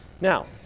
Now